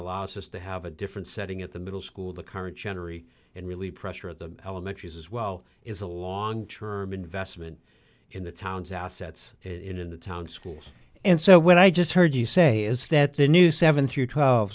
allows us to have a different setting at the middle school the current generation and really pressure of the elementary as well is a long term investment in the town's assets in the town schools and so when i just heard you say is that the new seven through twelve